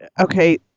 okay